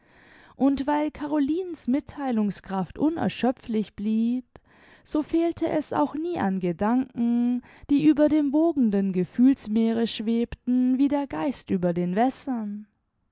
und weil carolinens mittheilungskraft unerschöpflich blieb so fehlte es auch nie an gedanken die über dem wogenden gefühls meere schwebten wie der geist über den wässern